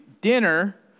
dinner